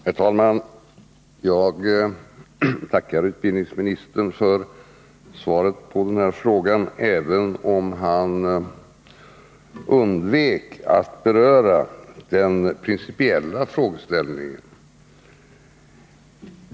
Herr talman! Jag tackar utbildningsministern för svaret på min fråga, även om han undvek att beröra den principiella frågeställningen.